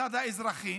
מצד האזרחים,